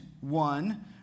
one